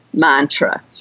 Mantra